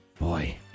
Boy